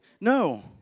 No